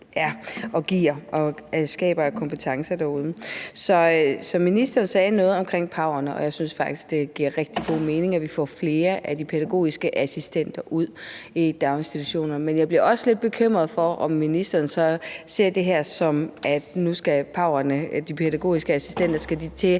den giver og skaber af kompetencer derude. Ministeren sagde noget om pau'erne. Jeg synes faktisk, at det giver rigtig god mening, at vi får flere af de pædagogiske assistenter ud i daginstitutionerne. Men jeg bliver også lidt bekymret for, om ministeren så ser det her, som at nu skal pau'erne, de pædagogiske assistenter, til